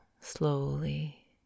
slowly